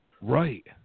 Right